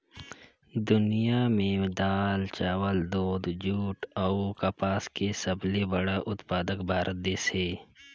दुनिया में दाल, चावल, दूध, जूट अऊ कपास के सबले बड़ा उत्पादक भारत देश हे